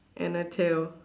and a tail